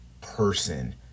person